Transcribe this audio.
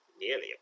nearly